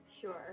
sure